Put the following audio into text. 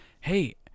hey